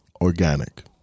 Organic